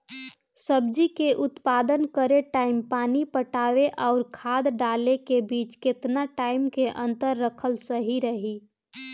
सब्जी के उत्पादन करे टाइम पानी पटावे आउर खाद डाले के बीच केतना टाइम के अंतर रखल सही रही?